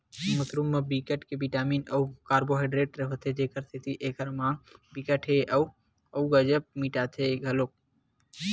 mushroom म बिकट के बिटामिन अउ कारबोहाइडरेट होथे जेखर सेती एखर माग बिकट के ह अउ गजब मिटाथे घलोक